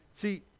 See